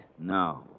No